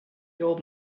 old